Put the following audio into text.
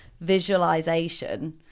visualization